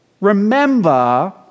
remember